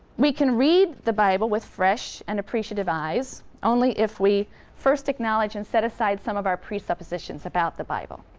we can read the bible with fresh and appreciative eyes only if we first acknowledge and set aside some of our presuppositions about the bible.